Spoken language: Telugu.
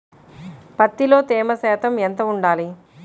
పత్తిలో తేమ శాతం ఎంత ఉండాలి?